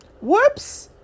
Whoops